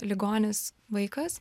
ligonis vaikas